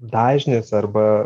dažnis arba